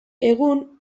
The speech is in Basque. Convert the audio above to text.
egun